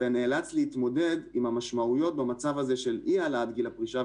אתה נאלץ להתמודד עם המשמעויות במצב הזה של אי העלאת גיל הפרישה,